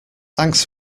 thanks